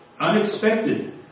unexpected